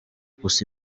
gusa